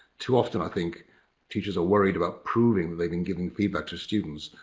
too often i think teachers are worried about proving they've been giving feedback to students.